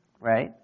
right